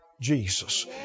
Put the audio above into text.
Jesus